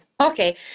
Okay